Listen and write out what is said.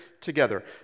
together